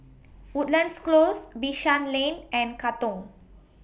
Woodlands Close Bishan Lane and Katong